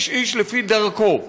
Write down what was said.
איש-איש לפי דרכו,